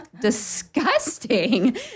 disgusting